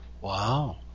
Wow